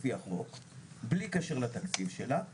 לפני שאנחנו ממשיכים,